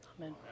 Amen